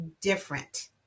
different